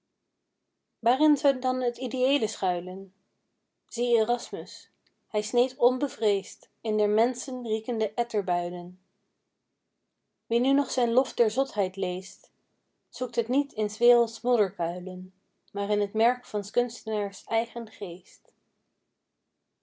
waarin zou dan t ideëele schuilen zie erasmus hij sneedt onbevreesd in der menschen riekende etterbuilen wie nu nog zijn lof der zotheid leest zoekt het niet in s werelds modderkuilen maar in t merk van s kunstenaars eigen geest